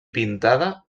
pintada